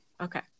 Okay